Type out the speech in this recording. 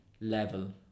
level